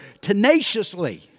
tenaciously